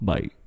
Bye